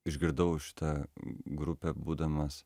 išgirdau šitą grupę būdamas